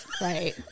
Right